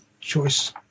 choice